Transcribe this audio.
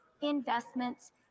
investments